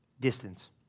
Distance